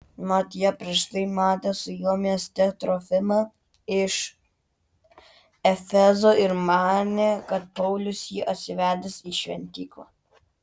mat jie prieš tai matė su juo mieste trofimą iš efezo ir manė kad paulius jį atsivedęs į šventyklą